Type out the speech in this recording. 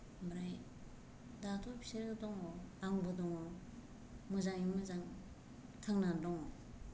ओमफ्राय दाथ' बिसोरो दङ आंबो दङ मोजाङै मोजां थांनानै दङ